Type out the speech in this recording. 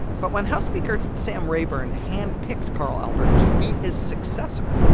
but when house speaker sam rayburn hand-picked carl albert to be his successor,